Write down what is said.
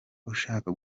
ushaka